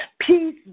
Peace